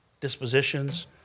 dispositions